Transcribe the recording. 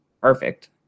perfect